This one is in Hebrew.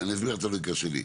אני אסביר לך את הלוגיקה שלי.